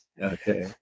Okay